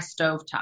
stovetop